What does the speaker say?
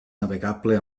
navegable